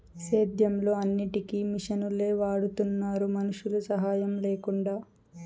సేద్యంలో అన్నిటికీ మిషనులే వాడుతున్నారు మనుషుల సాహాయం లేకుండా